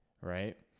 right